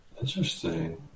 interesting